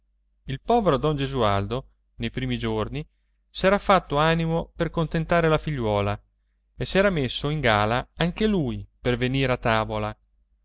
il povero don gesualdo nei primi giorni s'era fatto animo per contentare la figliuola e s'era messo in gala anche lui per venire a tavola